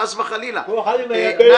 כל אחד עם היבלת שלו.